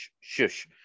shush